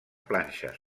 planxes